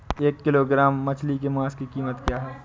एक किलोग्राम मछली के मांस की कीमत क्या है?